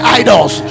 idols